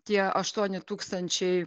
tie aštuoni tūkstančiai